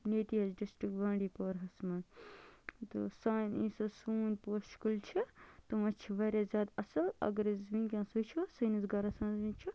ییٚتی حظ ڈِسٹِک بانڈی پوٗرہَس منٛز تہٕ سانہِ یُس حظ سون پوشہٕ کُلۍ چھِ تِم حظ چھِ واریاہ زیادٕ اَصٕل اَگر حظ أسۍ وٕنۍکٮ۪نَس وٕچھو سٲنِس گَرَس منٛز حظ چھِ